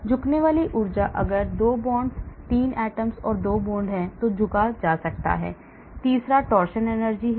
झुकने वाली ऊर्जा अगर 2 bonds 3 atoms 2 bonds हैं तो झुका जा सकता है तीसरा torsion energy है